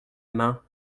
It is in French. main